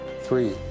three